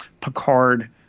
Picard